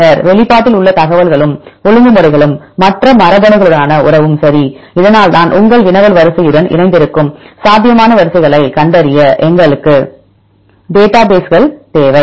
பின்னர் வெளிப்பாட்டில் உள்ள தகவல்களும் ஒழுங்குமுறைகளும் மற்ற மரபணுக்களுடனான உறவும் சரி இதனால்தான் உங்கள் வினவல் வரிசையுடன் இணைந்திருக்கும் சாத்தியமான வரிசைகளைக் கண்டறிய எங்களுக்கு டேட்டாபேஸ் கள் தேவை